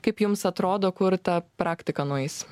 kaip jums atrodo kur ta praktika nueis